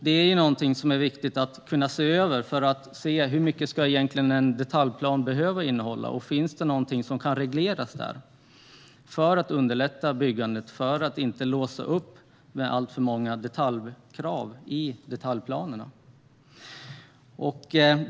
Det är viktigt att se över hur mycket en detaljplan behöver innehålla, om det finns något som kan regleras för att underlätta byggandet, så att man inte låser upp med alltför många detaljkrav i detaljplanerna.